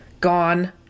gone